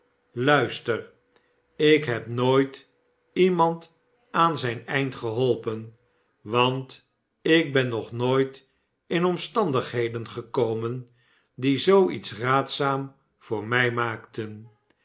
luister ik heb nooit iemand aan zijn eind geholpen want ik ben nog nooit in omstandigheden gekomep die zoo iets raadzaam voor mij maakten